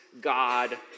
God